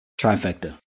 Trifecta